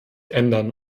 ändern